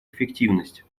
эффективность